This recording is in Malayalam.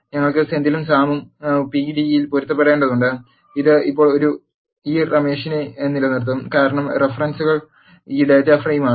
ഞങ്ങൾക്ക് സെന്തിലും സാമും പി ഡിയിൽ പൊരുത്തപ്പെടുന്നുണ്ട് ഇത് ഇപ്പോൾ ഈ റമെഷിനെ നിലനിർത്തും കാരണം റഫറൻസുകൾ ഈ ഡാറ്റ ഫ്രെയിമാണ്